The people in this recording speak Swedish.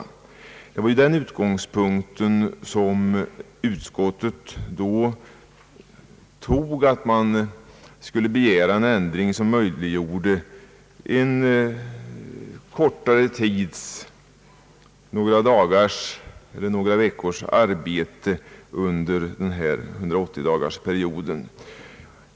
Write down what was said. Utskottet intog då den ståndpunkten att man skulle begä ra en ändring av bestämmelserna som möjliggjorde en kortare tids arbete — några dagar eller några veckor — under 180-dagarsperioden.